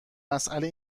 مسئله